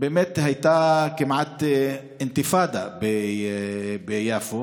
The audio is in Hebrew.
באמת הייתה כמעט אינתיפאדה ביפו